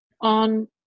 on